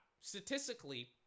statistically